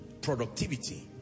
Productivity